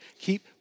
Keep